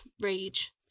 rage